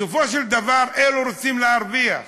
בסופו של דבר אלו רוצים להרוויח,